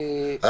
(א)(1),